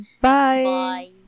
Bye